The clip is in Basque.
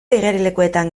igerilekuetan